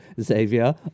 Xavier